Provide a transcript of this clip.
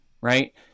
right